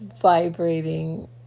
vibrating